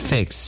Fix